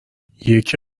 یکی